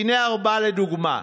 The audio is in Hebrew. הינה ארבעה לדוגמה: